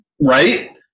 Right